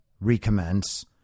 recommence